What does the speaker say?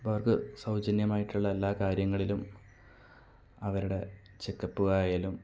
ഇപ്പം അവർക്ക് സൗജന്യമായിട്ടുള്ള എല്ലാ കാര്യങ്ങളിലും അവരുടെ ചെക്കപ്പ് ആയാലും